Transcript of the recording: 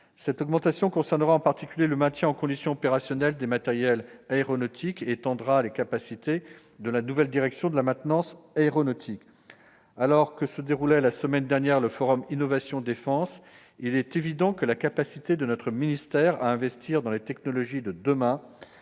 Cette augmentation concernera en particulier le maintien en condition opérationnelle des matériels aéronautiques et contribuera à la mise en place de la nouvelle direction de la maintenance aéronautique. Alors que se déroulait, la semaine dernière, le Forum Innovation Défense, il est évident que la capacité du ministère à investir dans les technologies de demain